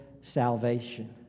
salvation